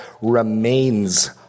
remains